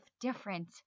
different